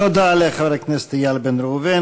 תודה לחבר הכנסת איל בן ראובן.